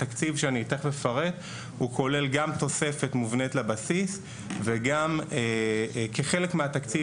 התקציב שאני תיכף אפרט כולל גם תוספת מובנית לבסיס וגם כחלק מהתקציב